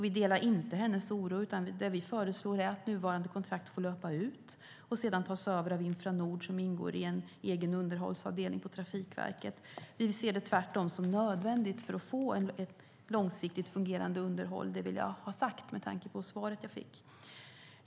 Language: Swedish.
Vi delar inte hennes oro, utan det vi föreslår är att nuvarande kontrakt får löpa ut och sedan tas över av Infranord som ingår i en egen underhållsavdelning på Trafikverket. Vi ser det som nödvändigt för att få ett långsiktigt fungerande underhåll; det vill jag ha sagt med tanke på svaret jag fick.